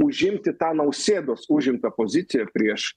užimti tą nausėdos užimtą poziciją prieš